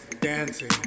dancing